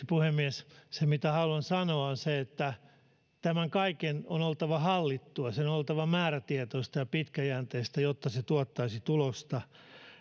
puhemies se mitä haluan sanoa on se että tämän kaiken on oltava hallittua sen on oltava määrätietoista ja pitkäjänteistä jotta se tuottaisi tulosta